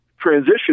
transition